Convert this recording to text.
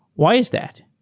why is that?